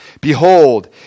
Behold